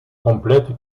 complète